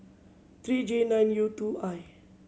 three J nine U two I